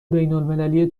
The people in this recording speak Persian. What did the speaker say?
بینالمللی